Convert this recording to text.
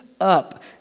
up